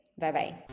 Bye-bye